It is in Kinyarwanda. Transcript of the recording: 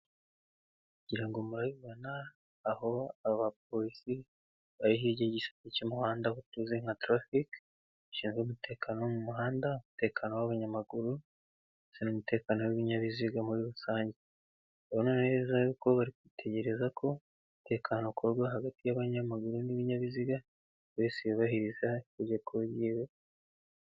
Kugira ngo murayibona aho abapolisi bayihiriye igisate cy'umuhanda utuze nka traffic ushinzwe umutekano mu muhanda umutekano w'abanyamagurusanana umutekano w'ibinyabiziga muri rusangebona neza bari kwitegereza ko umutekano ukorwa hagati y'abanyamaguru n'ibinyabiziga bisi yubahiriza itegeko.